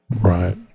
Right